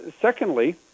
Secondly